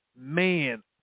man